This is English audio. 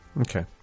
Okay